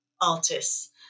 artists